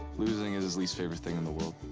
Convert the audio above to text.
losing is his least favorite thing in the world.